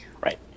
Right